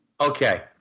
okay